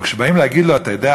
אבל כשבאים להגיד לו: אתה יודע,